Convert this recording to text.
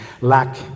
lack